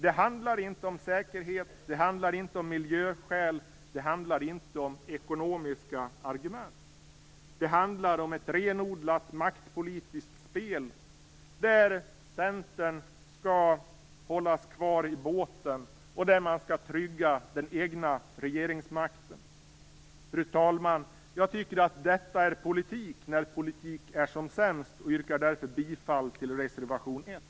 Det handlar inte om säkerhet, miljöskäl och ekonomiska argument. Det handlar om ett renodlat maktpolitiskt spel. Centern skall hållas kvar i båten, och man skall trygga den egna regeringsmakten. Fru talman! Detta är politik när politik är som sämst. Jag yrkar därför bifall till reservation 1.